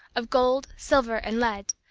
of gold, silver, and lead,